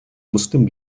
muslim